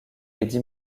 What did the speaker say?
eddy